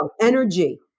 energy